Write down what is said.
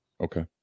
Okay